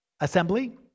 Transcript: assembly